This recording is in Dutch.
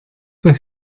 van